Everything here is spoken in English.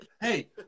Hey